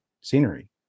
scenery